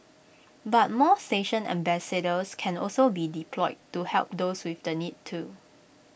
but more station ambassadors can also be deployed to help those with the need too